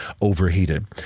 overheated